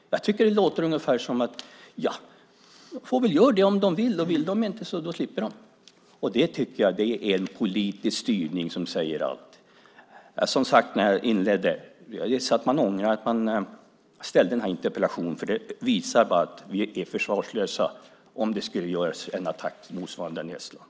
Jag tycker att det låter som att de får göra lite som de vill, och om de inte vill så slipper de. Det är en politisk styrning som säger allt. Som jag sade när jag inledde: Det är så att man ångrar att man ställde den här interpellationen, för den visar bara att vi är försvarslösa om det skulle ske en attack motsvarande den mot Estland.